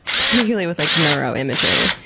particularly with like neuroimaging,